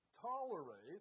tolerate